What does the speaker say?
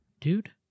Dude